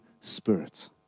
Spirit